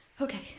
Okay